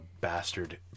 bastard